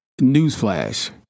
Newsflash